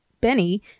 Benny